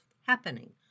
happening